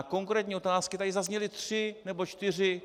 Konkrétní otázky tady zazněly tři nebo čtyři.